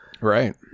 Right